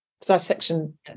dissection